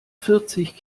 vierzig